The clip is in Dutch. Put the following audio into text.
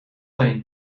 teen